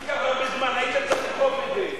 כל הזמן היית צריך לדחוף את זה.